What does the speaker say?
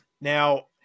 Now